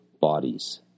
bodies